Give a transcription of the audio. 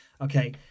Okay